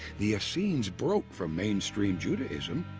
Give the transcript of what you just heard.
the essenes broke from mainstream judaism.